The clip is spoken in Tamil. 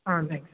ஆ தேங்க்ஸ்